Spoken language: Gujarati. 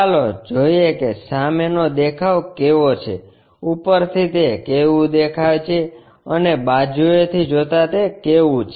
ચાલો જોઈએ કે સામેનો દેખાવ કેવો છેઉપરથી તે કેવું દેખાય છે અને બાજુએથી જોતા તે કેવું છે